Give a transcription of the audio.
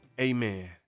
Amen